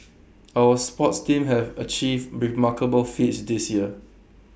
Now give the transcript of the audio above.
our sports teams have achieved remarkable feats this year